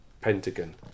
pentagon